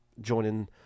Joining